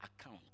account